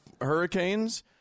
hurricanes